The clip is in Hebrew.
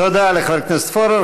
תודה לחבר הכנסת פורר.